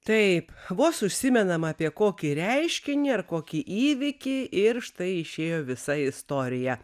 taip vos užsimenam apie kokį reiškinį ar kokį įvykį ir štai išėjo visa istorija